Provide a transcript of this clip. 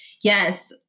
Yes